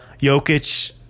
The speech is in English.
Jokic